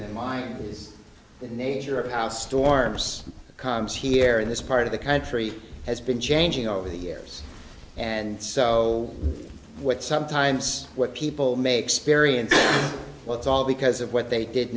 than mine is the nature of how storms comes here in this part of the country has been changing over the years and so what sometimes what people may experience well it's all because of what they did